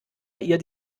ihr